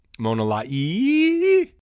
Monolai